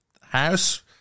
House